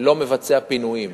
לא מבצע פינויים.